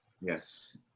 Yes